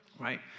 right